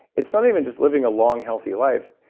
it's not even just living a long healthy life,